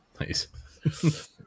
Nice